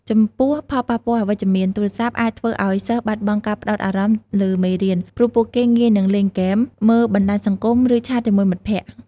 ចំពោះផលប៉ះពាល់អវិជ្ជមាន ទូរស័ព្ទអាចធ្វើឲ្យសិស្សបាត់បង់ការផ្ដោតអារម្មណ៍លើមេរៀន ព្រោះពួកគេងាយនឹងលេងហ្គេម មើលបណ្ដាញសង្គម ឬឆាតជាមួយមិត្តភក្តិ។